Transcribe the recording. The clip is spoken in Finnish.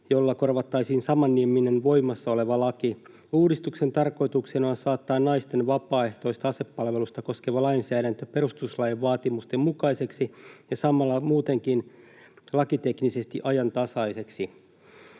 jolla korvattaisiin samanniminen voimassa oleva laki. Uudistuksen tarkoituksena on saattaa naisten vapaaehtoista asepalvelusta koskeva lainsäädäntö perustuslain vaatimusten mukaiseksi ja samalla muutenkin lakiteknisesti ajantasaiseksi.